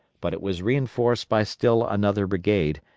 but it was reinforced by still another brigade,